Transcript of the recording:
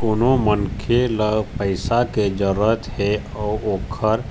कोनो मनखे ल पइसा के जरूरत हे अउ ओखर